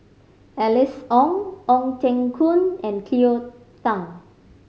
Alice Ong Ong Teng Koon and Cleo Thang